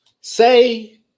Say